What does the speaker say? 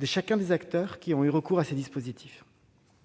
de chacun des acteurs qui ont eu recours à ces dispositifs.